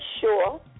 sure